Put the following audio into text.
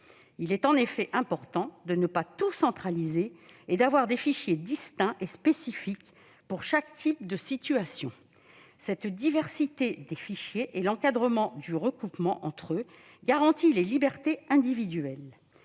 Il est en effet important de ne pas centraliser toutes les données et d'avoir des fichiers distincts et spécifiques, pour chaque type de situation. Cette diversité des fichiers et l'encadrement du recoupement entre eux garantissent le respect des libertés individuelles.